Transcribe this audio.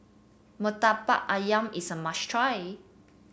murtabak ayam is a must try